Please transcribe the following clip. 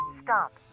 Stop